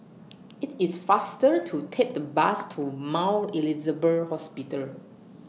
IT IS faster to Take The Bus to Mount Elizabeth Hospital